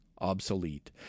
obsolete